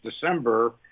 December